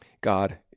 God